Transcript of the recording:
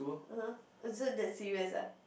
(uh huh) so that's serious ah